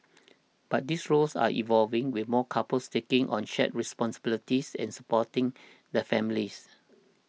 but these roles are evolving with more couples taking on shared responsibilities in supporting the families